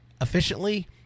efficiently